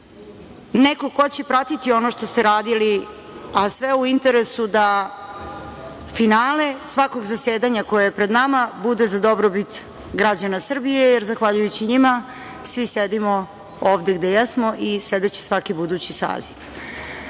neko ko će pratiti ono što ste radili, a sve u interesu da finale svakog zasedanja koje je pred nama bude za dobrobit građana Srbije, jer zahvaljujući njima svi sedimo ovde gde jesmo i sedeći svaki budući saziv. Mnogo